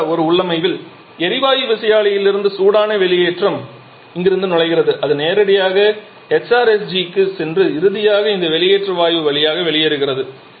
இது போன்ற ஒரு உள்ளமைவில் எரிவாயு விசையாழியிலிருந்து சூடான வெளியேற்றம் இங்கிருந்து நுழைகிறது அது நேரடியாக HRSG க்குச் சென்று இறுதியாக இந்த வெளியேற்ற வாயு வழியாக வெளியேறுகிறது